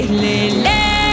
lele